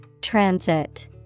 Transit